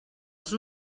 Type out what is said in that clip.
els